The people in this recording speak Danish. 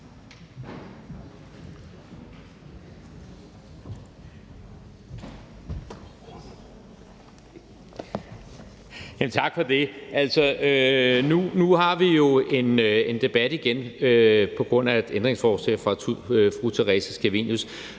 Tak for det. Nu har vi jo igen en debat på grund af et ændringsforslag fra fru Theresa Scavenius,